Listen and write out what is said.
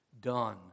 done